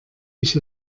ich